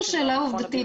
זו שאלה עובדתית,